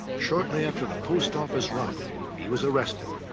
shortly after the post office robbery, he was arrested.